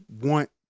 want